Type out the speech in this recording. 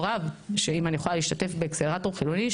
רב שאם אני יכולה להשתתף באקסלרטור חילוני,